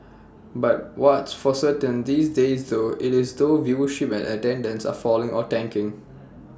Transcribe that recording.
but what's for certain these days though IT is though viewership and attendance are falling or tanking